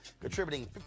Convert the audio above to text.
contributing